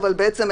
הפוך.